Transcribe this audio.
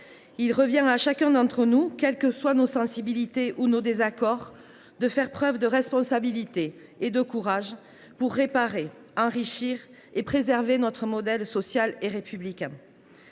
Il revient à chacun d’entre nous, quels que soient nos sensibilités ou nos désaccords, de faire preuve de responsabilité et de courage pour réparer, enrichir et préserver notre modèle social et républicain.